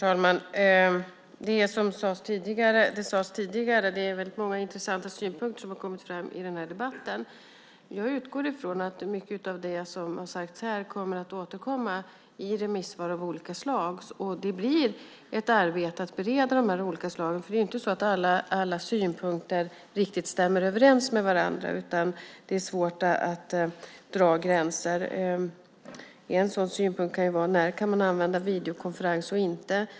Herr talman! Som sades tidigare är det väldigt många intressanta synpunkter som har kommit fram i den här debatten. Jag utgår från att mycket av det som har sagts här kommer att återkomma i olika remissvar. Det blir ett arbete att bereda de olika förslagen. Det är ju inte så att alla synpunkter riktigt stämmer överens med varandra, och det är svårt att dra gränser. En sådan synpunkt kan vara när man kan använda videokonferens och när man inte kan.